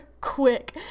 quick